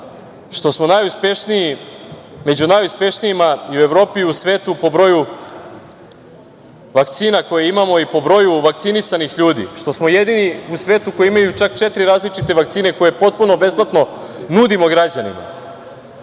što smo među najuspešnijima u Evropi i u svetu po broju vakcina koje imamo i po broju vakcinisanih ljudi, što smo jedini u svetu koji imaju čak četiri različite vakcine koje potpuno besplatno nudimo građanima,